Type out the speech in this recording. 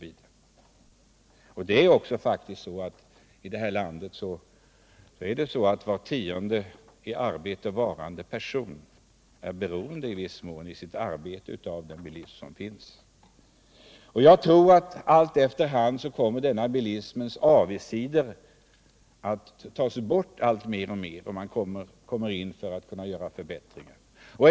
I detta land är faktiskt var tionde person som arbetar beroende, i viss mån genom sitt arbete, av bilen. Jag tror att bilismens avigsidor efter hand kommer att tas bort mer och mer, och man kommer att göra förbättringar.